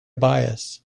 bias